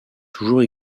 toujours